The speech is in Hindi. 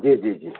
जी जी जी